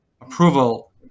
approval